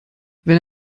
wenn